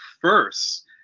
first